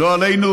לא עלינו,